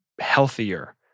healthier